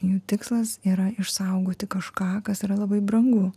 jų tikslas yra išsaugoti kažką kas yra labai brangu